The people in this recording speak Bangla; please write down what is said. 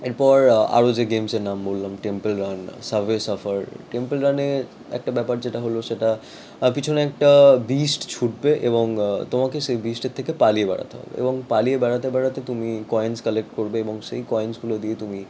এরপর আরও যে গেমসের নাম বললাম Temple Run Subway Surfer Temple রানের একটা ব্যাপার যেটা হলো সেটা পিছনে একটা বিস্ট ছুটবে এবং তোমাকে সেই বিস্টের থেকে পালিয়ে বেড়াতে হবে এবং পালিয়ে বেড়াতে বেড়াতে তুমি কয়েনস কালেক্ট করবে এবং সেই কয়েনসগুলো দিয়ে তুমি